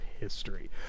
history